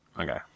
Okay